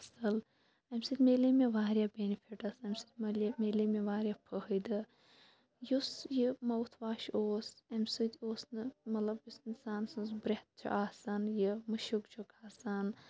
اصل امہِ سۭتۍ مِلیے مےٚ واریاہ بیٚنِفِٹس امہِ سۭتۍ مے مِلیے مےٚ واریاہ پھٲہِدٕ یُس یہِ ماوُتھ واش اوس امہِ سۭتۍ اوس نہٕ مَطلَب یُس اِنسان سٕنٛز برٛیتھ چھِ آسان یہِ مٕشک چھُکھ آسان